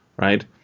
right